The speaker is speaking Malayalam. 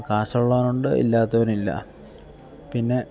കാശുള്ളവനുണ്ട് ഇല്ലാത്തവനില്ല പിന്നെ